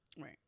Right